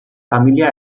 familia